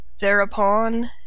Thereupon